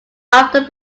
after